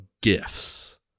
gifts